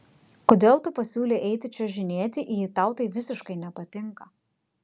kodėl tu pasiūlei eiti čiuožinėti jei tau tai visiškai nepatinka